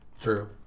True